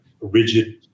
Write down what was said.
rigid